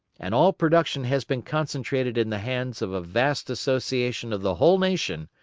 and all production has been concentrated in the hands of a vast association of the whole nation,